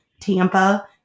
Tampa